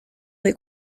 des